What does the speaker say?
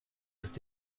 ist